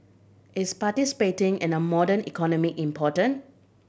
is participating in a modern economy important